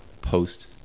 post